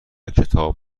کتاب